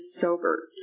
sober